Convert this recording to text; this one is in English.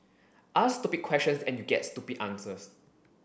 ask stupid questions and you get stupid answers